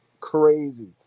crazy